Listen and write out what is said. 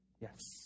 Yes